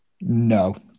No